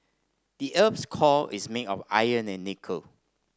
the earth's core is made of iron and nickel